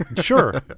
Sure